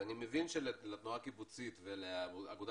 אז אני מבין שלתנועה הקיבוצית ולאגודה